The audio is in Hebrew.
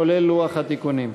כולל לוח התיקונים.